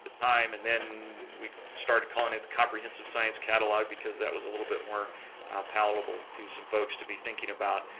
time and then we started calling it the comprehensive science catalog because that was a little bit more palatable to some folks to be thinking about.